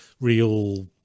real